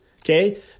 okay